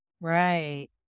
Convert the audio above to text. Right